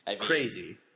crazy